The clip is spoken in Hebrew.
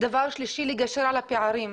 דבר שלישי: לגשר על הפערים.